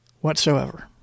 whatsoever